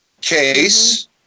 case